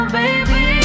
baby